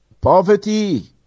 Poverty